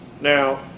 Now